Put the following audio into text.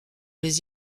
les